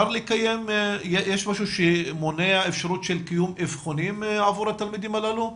יש משהו שמונע אפשרות של קיום אבחונים עבור התלמידים הללו?